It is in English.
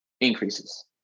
increases